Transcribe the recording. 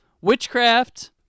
Witchcraft